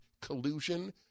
collusion